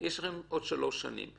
עוד שלוש שנים.